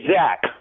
Zach